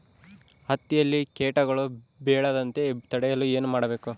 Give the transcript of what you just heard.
ಹತ್ತಿಯಲ್ಲಿ ಕೇಟಗಳು ಬೇಳದಂತೆ ತಡೆಯಲು ಏನು ಮಾಡಬೇಕು?